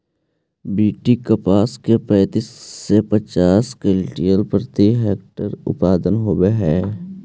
BT कपास के पैंतीस से पचास क्विंटल प्रति हेक्टेयर उत्पादन होवे हई